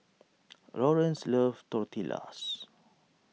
Laurence loves Tortillas